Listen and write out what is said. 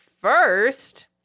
first